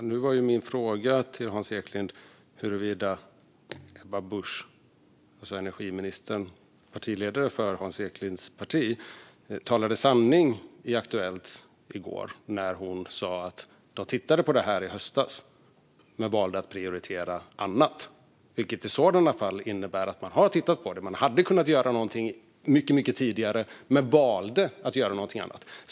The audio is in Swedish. Fru talman! Min fråga till Hans Eklind var ju huruvida Ebba Busch, energiminister och partiledare för Hans Eklinds parti, talade sanning i Aktuellt i går, när hon sa att de tittade på detta i höstas men valde att prioritera annat. Det innebär i så fall att man har tittat på det och hade kunnat göra något mycket tidigare men valde att göra något annat.